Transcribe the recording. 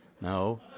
No